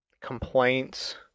complaints